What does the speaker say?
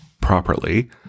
properly